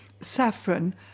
saffron